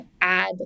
add